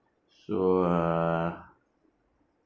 so uh